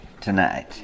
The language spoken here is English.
tonight